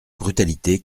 brutalité